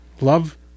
Love